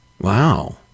Wow